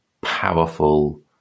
powerful